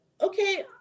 okay